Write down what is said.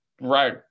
Right